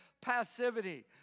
passivity